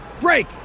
Break